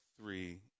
three